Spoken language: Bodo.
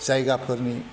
जायगाफोरनि